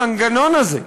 המנגנון הזה,